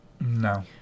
No